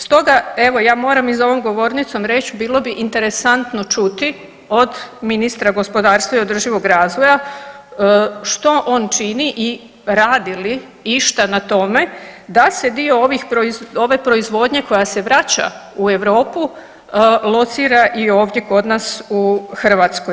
Stoga evo ja moram i za ovom govornicom reć, bilo bi interesantno čuti od ministra gospodarstva i održivog razvoja što on čini i radi li išta na tome da se dio ove proizvodnje koja se vraća u Europu locira i ovdje kod nas u Hrvatskoj.